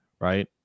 Right